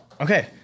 Okay